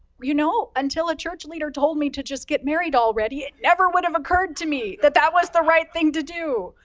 you know, until a church leader told me to just get married already, it never would have occurred to me, that that was the right thing to do.